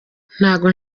ntabwo